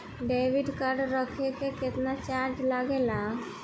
Debit card रखे के केतना चार्ज लगेला?